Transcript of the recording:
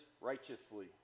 righteously